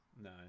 No